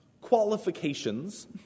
qualifications